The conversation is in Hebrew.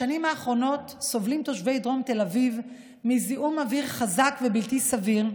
בשנים האחרונות סובלים תושבי דרום תל אביב מזיהום אוויר חזק ובלתי סביר,